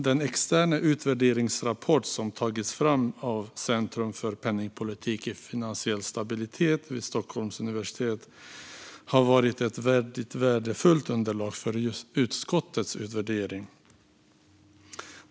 Den externa utvärderingsrapport som tagits fram av Centrum för penningpolitik och finansiell stabilitet vid Stockholms universitet har varit ett värdefullt underlag för utskottets utvärdering.